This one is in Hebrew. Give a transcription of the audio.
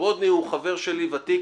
ברודני הוא חבר שלי ותיק,